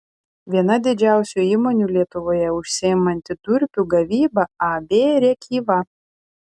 viena didžiausių įmonių lietuvoje užsiimanti durpių gavyba ab rėkyva